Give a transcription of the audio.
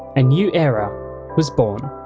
a new era was born.